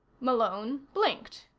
malone blinked.